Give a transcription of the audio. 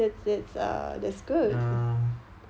ya